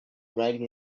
riding